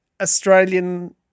Australian